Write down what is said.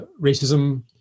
racism